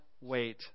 wait